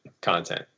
content